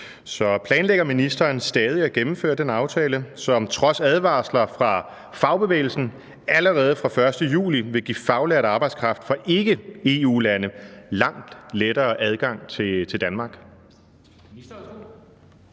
så planlægger ministeren stadig at gennemføre den aftale, som trods advarsler fra fagbevægelsen allerede fra den 1. juli vil give faglært arbejdskraft fra ikke-EU-lande langt lettere adgang til Danmark?